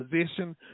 position